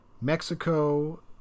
Mexico